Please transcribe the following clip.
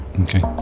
okay